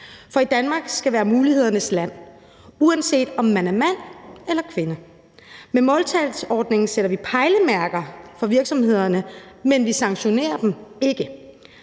for Danmark skal være mulighedernes land, uanset om man er mand eller kvinde. Med måltalsordningen sætter vi pejlemærker for virksomhederne, men vi sanktionerer dem ikke.